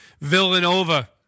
Villanova